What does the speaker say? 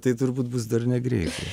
tai turbūt bus dar negreitai